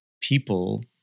people